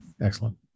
Excellent